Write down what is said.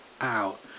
out